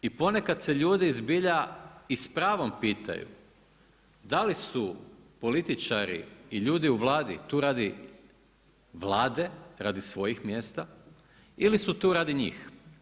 I ponekad se ljudi zbilja i s pravom pitaju da li su političari i ljudi u Vladi tu radi Vlade, radi svojih mjesta ili su tu radi njih.